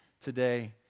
today